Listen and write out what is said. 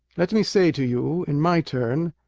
let me say to you in my turn,